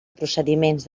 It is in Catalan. procediments